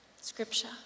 scripture